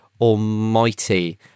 Almighty